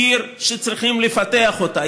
עיר שצריכים לפתח אותה.